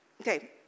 Okay